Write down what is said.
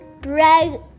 bread